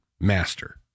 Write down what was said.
master